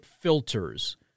filters